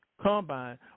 Combine